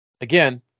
Again